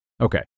Okay